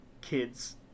kids